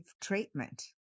treatment